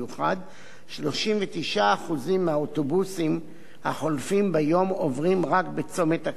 39% מהאוטובוסים החולפים היום עוברים רק בצומת הכניסה ליישוב.